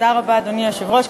אדוני היושב-ראש,